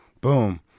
boom